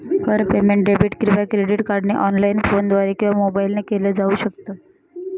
कर payment debit किंवा credit कार्डने ऑनलाइन, फोनद्वारे किंवा मोबाईल ने केल जाऊ शकत